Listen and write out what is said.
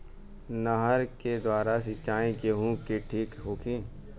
नहर के द्वारा सिंचाई गेहूँ के ठीक होखि?